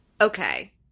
Okay